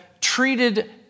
treated